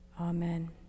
Amen